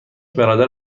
برادر